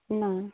ना